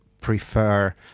prefer